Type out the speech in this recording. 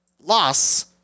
loss